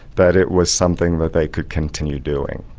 that it was something that they could continue doing.